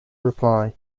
reply